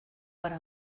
gara